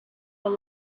were